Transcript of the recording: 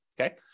okay